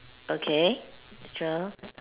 okay extra